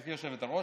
גברתי היושבת-ראש,